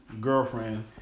girlfriend